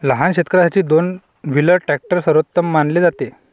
लहान शेतकर्यांसाठी दोन व्हीलर ट्रॅक्टर सर्वोत्तम मानले जाते